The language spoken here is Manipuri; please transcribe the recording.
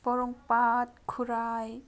ꯄꯣꯔꯣꯝꯄꯥꯠ ꯈꯨꯔꯥꯏ